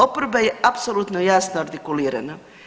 Oporba je apsolutno jasno artikulirana.